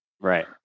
right